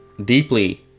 deeply